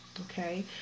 Okay